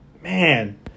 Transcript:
man